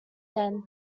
then